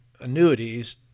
annuities